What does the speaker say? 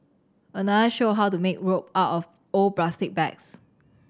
another showed how to make rope out of old plastic bags